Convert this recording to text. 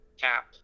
Cap